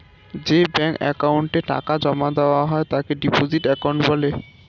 যে ব্যাঙ্ক অ্যাকাউন্টে টাকা জমা দেওয়া হয় তাকে ডিপোজিট অ্যাকাউন্ট বলে